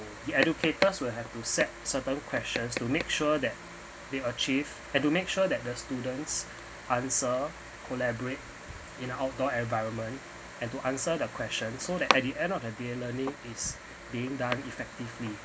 the educators will have to set certain questions to make sure that they achieve and to make sure that the student's answer collaborate in outdoor environment and to answer the question so that at the end of the day learning is being done effectively